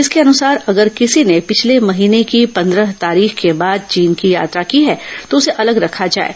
इसके अनुसार अगर किसी ने पिछले महीने की पन्द्रह तारीख के बाद चीन की यात्रा की है तो उसे अलग रखा जाये